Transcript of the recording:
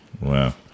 Wow